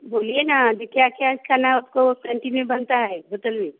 बोलिए न अभी क्या क्या खाना आपको कैंटीन में बनता है होटल में